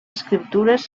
escriptures